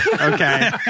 Okay